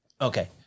Okay